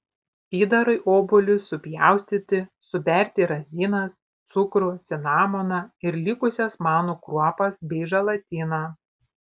įdarui obuolius supjaustyti suberti razinas cukrų cinamoną ir likusias manų kruopas bei želatiną